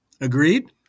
Agreed